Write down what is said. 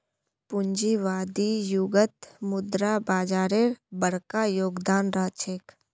पूंजीवादी युगत मुद्रा बाजारेर बरका योगदान रह छेक